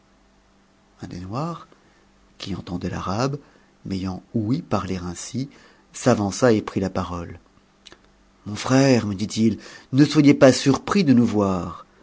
qui entendait l'arabe m'ayant oui parler ainsi sa vança et prit la parole mon rère me dit it ne soyez pas surpris de nous voir